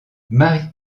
marie